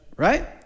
Right